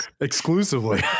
exclusively